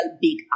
big